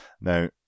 Now